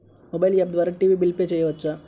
Mobile app ద్వారా TV bill pay చేయవచ్చా?